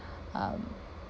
um